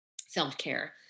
self-care